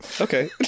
Okay